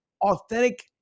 authentic